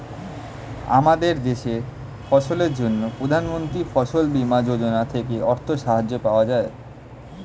আমাদের দেশে ফসলের জন্য প্রধানমন্ত্রী ফসল বীমা যোজনা থেকে অর্থ সাহায্য পাওয়া যায়